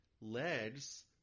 legs